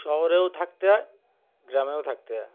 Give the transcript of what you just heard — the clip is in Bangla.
শহরেও থাকতে হয় গ্রামেও থাকতে হয়